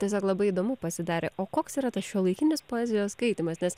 tiesiog labai įdomu pasidarė o koks yra tas šiuolaikinis poezijos skaitymas nes